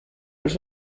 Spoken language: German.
als